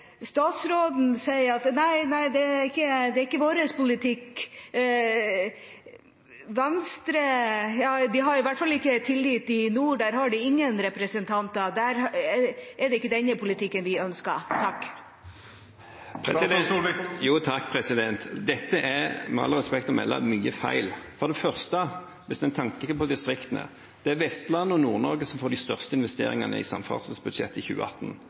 Statsråden sier at nei, det er ikke vår politikk. Venstre har i hvert fall ikke tillit i nord, der har de ingen representanter, der er det ikke denne politikken vi ønsker. Dette er – med all respekt å melde – mye feil. For det første: Hvis en tenker på distriktene, er det Vestlandet og Nord-Norge som får de største investeringene i samferdselsbudsjettet i 2018.